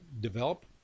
develop